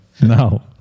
No